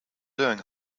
doing